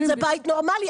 זה בית נורמלי.